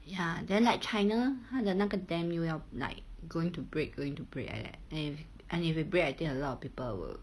ya then like china 他的那个 dam 又要 like going to break going to break like that then if and if it break then a lot of people will